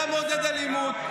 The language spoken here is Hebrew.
אתה מעודד אלימות.